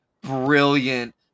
brilliant